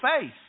faith